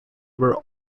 were